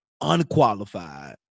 unqualified